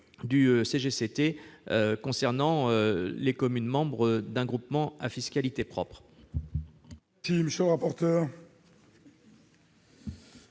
concernant les communes membres d'un groupement à fiscalité propre.